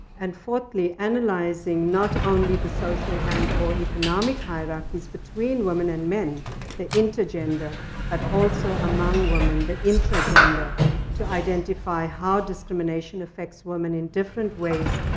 and fourthly, analyzing not only the social and or economic hierarchies between women and men the intergender but also among women the intragender to identify how discrimination affects women in different ways,